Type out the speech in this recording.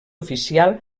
oficial